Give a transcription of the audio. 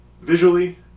visually